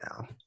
now